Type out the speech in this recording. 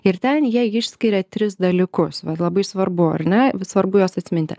ir ten jie išskiria tris dalykus vat labai svarbu ar ne svarbu juos atminti